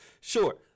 sure